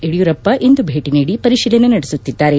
ಯುಡಿಯೂರಪ್ಪ ಇಂದು ಭೇಟಿ ನೀಡಿ ಪರಿತೀಲನೆ ನಡೆಸುತ್ತಿದ್ದಾರೆ